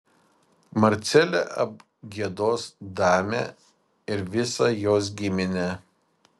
marcelė apgiedos damę ir visą jos giminę